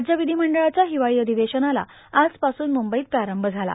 राज्य विधीमंडळाच्या हिवाळी अधिवेशनाला आजपासून मुंबईत प्रारंभ झाला